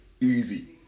easy